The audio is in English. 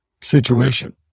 situation